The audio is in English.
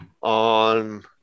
on